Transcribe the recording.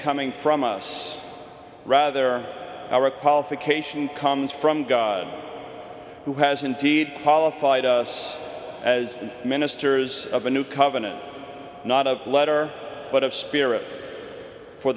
coming from us rather our qualification comes from god who has indeed qualified us as ministers of a new covenant not of letter but of spirit for